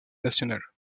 nationale